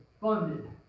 funded